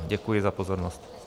Děkuji za pozornost.